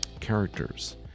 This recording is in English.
characters